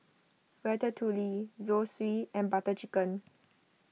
Ratatouille Zosui and Butter Chicken